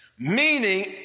Meaning